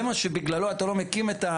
זה מה שבגללו אתה לא מקים את,